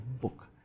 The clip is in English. book